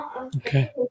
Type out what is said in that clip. Okay